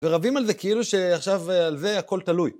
ורבים על זה כאילו שעכשיו על זה הכל תלוי.